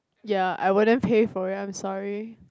ya I wouldn't pay for it I'm sorry